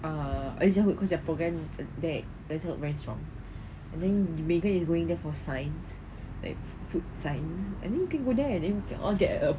err early childhood cause their programme that early childhood is very strong and then megan is going there for science like food science I think you can go there then we can all get a